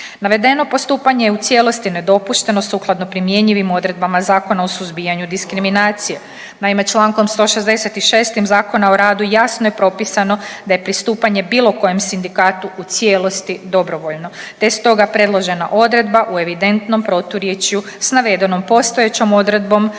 Navedeno postupanje je u cijelosti nedopušteno sukladno primjenjivim odredbama Zakona o suzbijanju diskriminacije. Naime, člankom 166. Zakona o radu jasno je propisano da je pristupanje bilo kojem sindikatu u cijelosti dobrovoljno, te je stoga predložena odredba u evidentnom proturječju sa navedenom postojećom odredbom